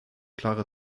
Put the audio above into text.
klara